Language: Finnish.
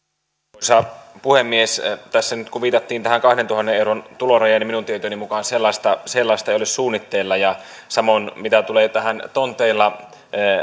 arvoisa puhemies kun tässä nyt viitattiin tähän kahdentuhannen euron tulorajaan niin minun tietojeni mukaan sellaista sellaista ei ole suunnitteilla samoin mitä tulee tähän tonteilla